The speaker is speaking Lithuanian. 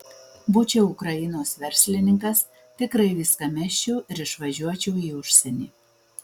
būčiau ukrainos verslininkas tikrai viską mesčiau ir išvažiuočiau į užsienį